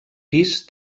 pis